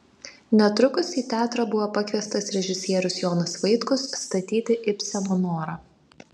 netrukus į teatrą buvo pakviestas režisierius jonas vaitkus statyti ibseno norą